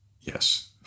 yes